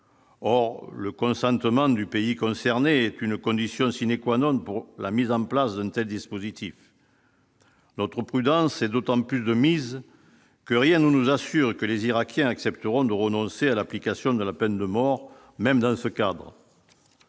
or le consentement du pays concerné est une condition sine qua non pour la mise en place d'une telle dispositif. Notre prudence est d'autant plus de mise que rien ne nous assure que les Irakiens accepteront de renoncer à l'application de la peine de mort, même dans ce cadre.